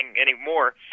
anymore